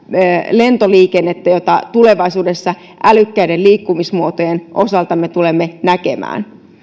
lentoliikennettä jota tulevaisuudessa älykkäiden liikkumismuotojen osalta me tulemme näkemään